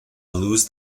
luz